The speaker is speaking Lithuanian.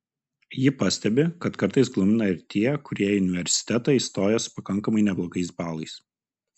ji pastebi kad kartais glumina ir tie kurie į universitetą įstoja su pakankamai neblogais balais